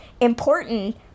important